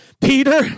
Peter